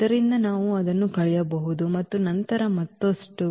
ಆದ್ದರಿಂದ ನಾವು ಅದನ್ನು ಕಳೆಯಬಹುದು ಮತ್ತು ನಂತರ ಮತ್ತಷ್ಟು